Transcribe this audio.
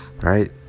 Right